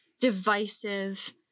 divisive